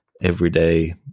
everyday